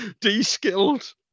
de-skilled